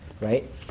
right